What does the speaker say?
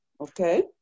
Okay